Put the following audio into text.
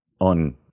on